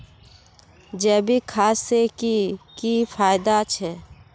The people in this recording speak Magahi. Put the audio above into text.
जैविक खाद से की की फायदा छे?